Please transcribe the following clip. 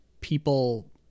people